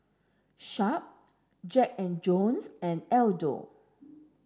Sharp Jack and Jones and Aldo